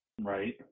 Right